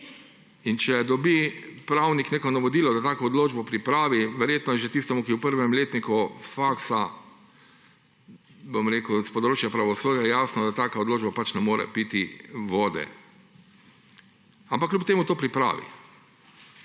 In če dobi pravnik neko navodilo, da tako odločbo pripravi, verjetno je že tistemu, ki je v prvem letniku faksa s področja pravosodja, jasno, da taka odločba ne more piti vode. Ampak kljub temu to pripravi.